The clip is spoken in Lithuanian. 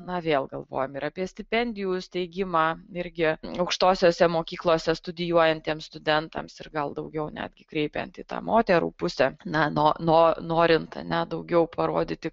na vėl galvojam ir apie stipendijų steigimą irgi aukštosiose mokyklose studijuojantiems studentams ir gal daugiau netgi kreipiant į tą moterų pusę na no no norint a ne daugiau parodyti